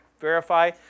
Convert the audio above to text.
verify